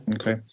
okay